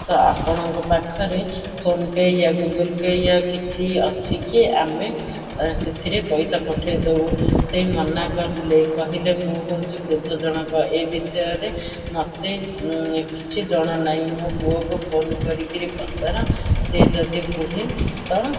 ତ ଆପଣଙ୍କ ପାଖରେ ଫୋନ୍ପେ ୟା ଗୁଗୁଲ୍ ପେ ୟା କିଛି ଅଛି କିି ଆମେ ସେଥିରେ ପଇସା ପଠେଇ ଦେବୁ ସେ ମନା କରଲେ କହିଲେ ମୁଁ ହେଉଛି ବୃଦ୍ଧ ଜଣକ ଏ ବିଷୟରେ ମୋତେ କିଛି ଜଣାନାଇଁ ମୋ ପୁଅକୁ ଫୋନ୍ କରିକିରି ପଚାର ସେ ଯଦି କୁହେ ତ